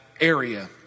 area